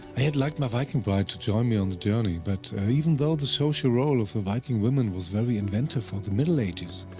i had liked my viking bride to join me on the journey, but even though the social role of the viking women was very inventive for the middle ages,